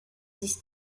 sich